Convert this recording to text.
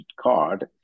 card